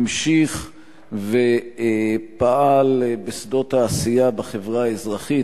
והמשיך ופעל בשדות העשייה בחברה האזרחית.